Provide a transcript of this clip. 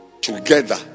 together